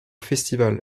festival